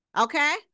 Okay